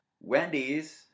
Wendy's